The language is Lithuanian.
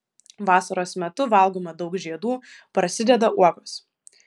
vasaros metu valgoma daug žiedų prasideda uogos